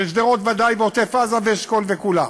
שדרות, ודאי, עוטף-עזה, ואשכול, וכולם.